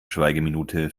schweigeminute